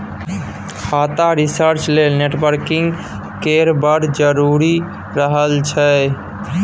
खाता रिसर्च लेल नेटवर्किंग केर बड़ जरुरी रहय छै